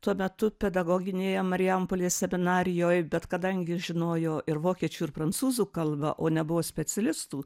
tuo metu pedagoginėje marijampolės seminarijoj bet kadangi žinojo ir vokiečių ir prancūzų kalbą o nebuvo specialistų